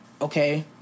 okay